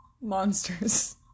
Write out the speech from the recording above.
monsters